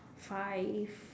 five